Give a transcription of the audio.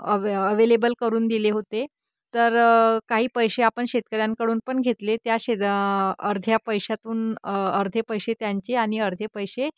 away available करून दिले होते तर काही पैसे आपण शेतकऱ्यांकडून पण घेतले त्या शे अर्ध्या पैशातून अर्धे पैसे त्यांचे आणि अर्धे पैसे